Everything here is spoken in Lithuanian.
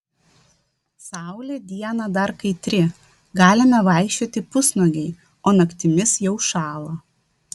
saulė dieną dar kaitri galime vaikščioti pusnuogiai o naktimis jau šąla